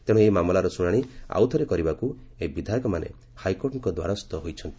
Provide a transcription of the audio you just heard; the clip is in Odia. ତେଣୁ ଏହି ମାମଲାର ଶୁଣାଣି ଆଉଥରେ କରିବାକୁ ଏହି ବିଧାୟକମାନେ ହାଇକୋର୍ଟଙ୍କ ଦ୍ୱାରସ୍ଥ ହୋଇଛନ୍ତି